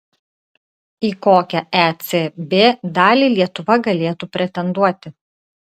į kokią ecb dalį lietuva galėtų pretenduoti